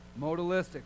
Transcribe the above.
Modalistic